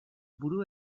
buru